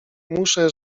muszę